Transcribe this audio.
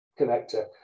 connector